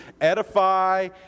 edify